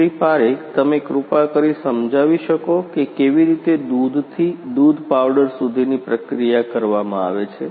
શ્રી પારીક તમે કૃપા કરી સમજાવી શકો કે કેવી રીતે દૂધ થી દૂધ પાવડર સુધી પ્રક્રિયા કરવામાં આવે છે